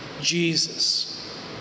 Jesus